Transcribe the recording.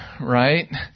right